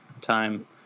time